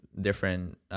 different